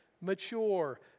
mature